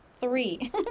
Three